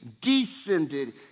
descended